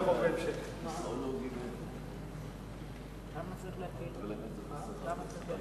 הצעת חוק הבחירות לכנסת (תיקון מס' 59) (הצבעת חברי ועדת קלפי),